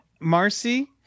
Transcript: Marcy